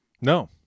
No